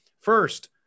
First